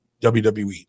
WWE